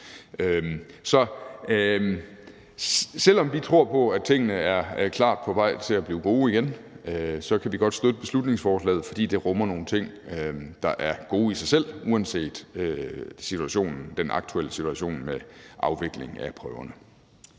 Så selv om vi tror på, at tingene klart er på vej til at blive gode igen, så kan vi godt støtte beslutningsforslaget, fordi det rummer nogle ting, der er gode i sig selv uanset den aktuelle situation med afvikling af prøverne.